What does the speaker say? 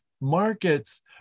markets